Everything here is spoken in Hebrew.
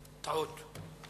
טעות.